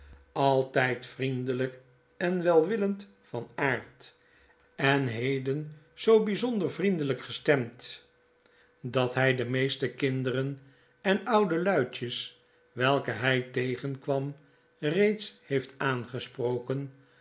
altijd vriendelijk en welwillend van aard en heden zoo bij zonder vriendelijk gestemd dat hij wanneer zullen die drie elkander wederzien to de meeste kinderen en oude luidjes welke hij tegenkwam reeds heeft aangesproken